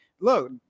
look